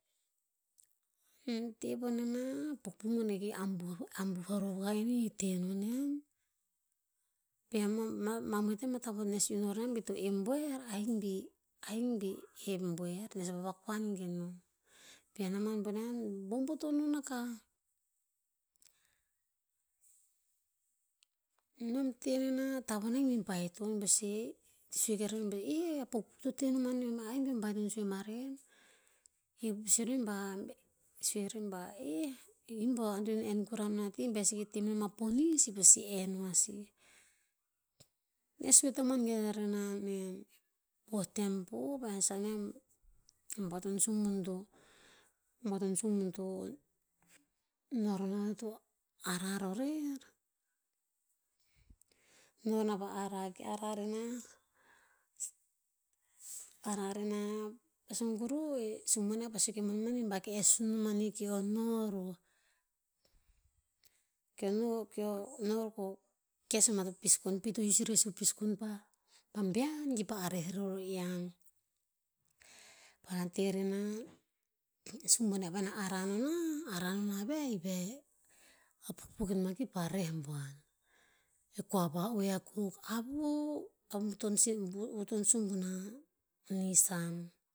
Ean te va noma, pukpuk mene ki amboro, amboro vai ni te no nen, pia ma- ma ma moeh tem a tavon to nes iu no re nen bi to im buer, aimbi- aimbi ep buer, nes vavakon gen non. Pia naman boneh, a boboto nom akah. Nom tenena tavon ah em bi baiton ba si, sue ver on ve, "ee a pukpuk to te non maneom ahik beom baiton sue maren?" Ke sue rer bah- sue rer bah, "ee, imba antoen en kura non a ti, be seke teh menom a ponis i pasi en oa sih." Nes sue tamuan gen a rena nen. Poh tem po, bua ton subun to- boa ton subun to no roh na to ara roh rer. No na pa ara, ki ara re nah- ara re nah, pa sun kuruh e sebun niah pa ara ki ara re nah- ara re nah, pa sun kuruh e subun niah pa sue ke buan manih ba, ke e sun nom manih ke eo no roh. Ke eo no- ke eo no roh ko ke eo kes o mah ta piskon. Pi to use i rer sih o piskon pa bean ki pah reh rer sih o ian. Paena te re nah, e subun niah paena ara no na, ara no nah veh, ive a pukpuk ke no mah ki pa reh buan. E kua va oe akuk, avu, a vutonsibun- a vutonsubun a nissan.